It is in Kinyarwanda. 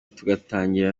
tugatangira